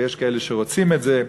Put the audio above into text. ויש כאלה שרוצים את זה,